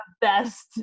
best